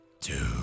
Two